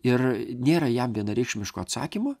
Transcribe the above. ir nėra jam vienareikšmiško atsakymo